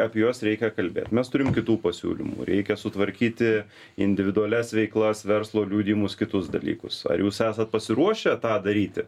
apie juos reikia kalbėt mes turim kitų pasiūlymų reikia sutvarkyti individualias veiklas verslo liudijimus kitus dalykus ar jūs esat pasiruošę tą daryti